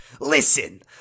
Listen